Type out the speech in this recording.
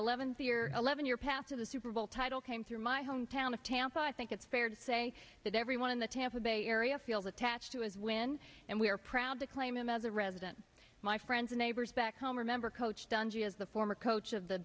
eleventh year eleven year path to the super bowl title came through my hometown of tampa i think it's fair to say that everyone in the tampa bay area feels attached to his win and we are proud to claim him as a resident my friends neighbors back home remember coach dungy as the former coach of the